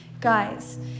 Guys